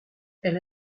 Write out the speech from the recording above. elle